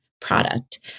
product